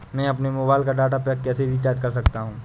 मैं अपने मोबाइल का डाटा पैक कैसे रीचार्ज कर सकता हूँ?